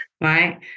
right